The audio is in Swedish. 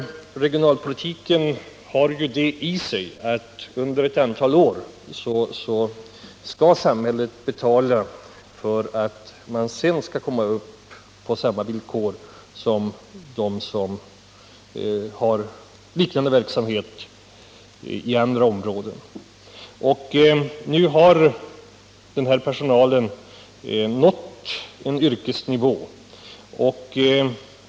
Regionalpolitiken innebär ju att samhället under ett antal år skall betala för inkörningskostnader för den verksamhet som startats. Sedan skall verksamheten på samma villkor kunna uppnå samma produktionsnivå som andra gör med liknande verksamheter. Nu har de anställda uppnått en god yrkeskunskap och fått en viss yrkestradition.